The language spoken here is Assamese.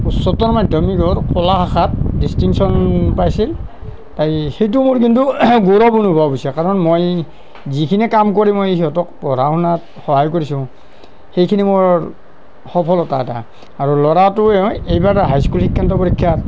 উচ্চতৰ মাধ্যমিকৰ কলা শাখাত ডিষ্টিংচন পাইছিল আৰু সেইটো মোৰ কিন্তু গৌৰৱ অনুভৱ হৈছে কাৰণ মই যিখিনি কাম কৰি মই সিহঁতক পঢ়া শুনাত সহায় কৰিছোঁ সেইখিনি মোৰ সফলতা এটা আৰু ল'ৰাটোৱে এইবাৰ হাইস্কুল শিক্ষান্ত পৰীক্ষাত